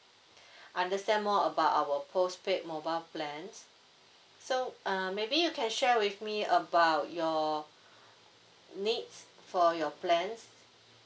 understand more about our postpaid mobile plans so uh maybe you can share with me about your needs for your plans